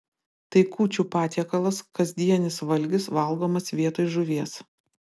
tai kūčių patiekalas kasdienis valgis valgomas vietoj žuvies